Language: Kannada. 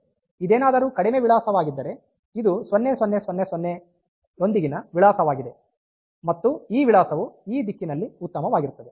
ಇದೇನಾದರೂ ಕಡಿಮೆ ವಿಳಾಸವಾಗಿದ್ದರೆ ಇದು 0000 ರೊಂದಿಗಿನ ವಿಳಾಸವಾಗಿದೆ ಮತ್ತು ಈ ವಿಳಾಸವು ಈ ದಿಕ್ಕಿನಲ್ಲಿ ಉತ್ತಮವಾಗಿರುತ್ತದೆ